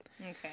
Okay